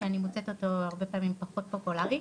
שאני מוצאת אותו הרבה פעמים פחות פופולרי.